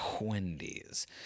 Wendy's